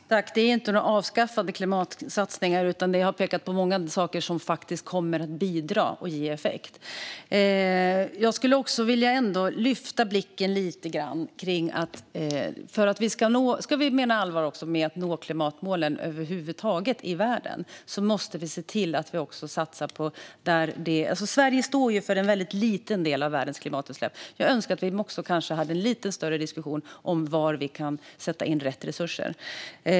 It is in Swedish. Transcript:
Herr talman! Det är inte några avskaffade klimatsatsningar. Jag har pekat på många saker som kommer att bidra och ge effekt. Jag skulle vilja lyfta blicken lite grann. Menar vi allvar med att nå klimatmålen i världen måste vi se till att satsa rätt. Sverige står för en väldigt liten del av världens klimatutsläpp. Jag önskar att vi kunde ha en lite större diskussion om var vi kan sätta in rätt resurser.